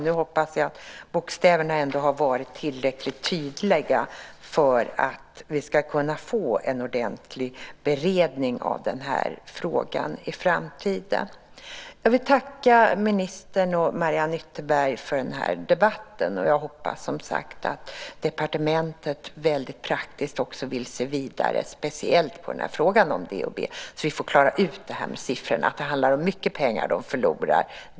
Nu hoppas att jag rösterna har varit tillräckligt tydliga så att vi kan få en ordentlig beredning av den här frågan i framtiden. Jag vill tacka ministern och Mariann Ytterberg för den är debatten. Jag hoppas som sagt att departementet speciellt vill se vidare på den här frågan om DHB så att vi kan klara ut det här med siffrorna. Det handlar om mycket pengar som de förlorar.